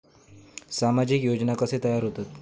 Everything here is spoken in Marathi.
सामाजिक योजना कसे तयार होतत?